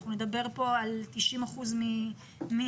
אנחנו נדבר כאן על 90 אחוזים מהמדינה.